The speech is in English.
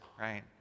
right